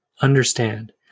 understand